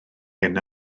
hyn